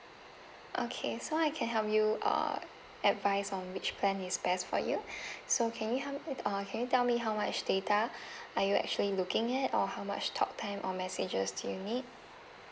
okay so I can help you err advise on which plan is best for you so can you help uh can you tell me how much data are you actually looking at or how much talk time or messages do you need